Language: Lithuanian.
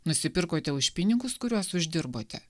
nusipirkote už pinigus kuriuos uždirbote